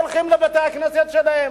הולכים לבתי-הכנסת שלכם,